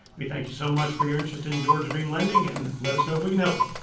we thank you so much for your interest in georgia dream lending and let us know if we can help you.